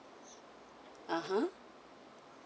(uh huh)